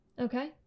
okay